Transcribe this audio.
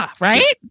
Right